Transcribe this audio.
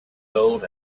gold